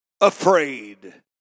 afraid